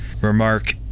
Remark